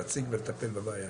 להציג ולטפל בבעיה,